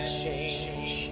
change